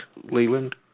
Leland